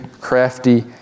crafty